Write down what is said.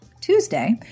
Tuesday